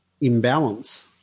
imbalance